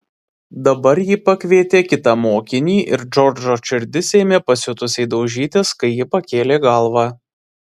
dabar ji pakvietė kitą mokinį ir džordžo širdis ėmė pasiutusiai daužytis kai ji pakėlė galvą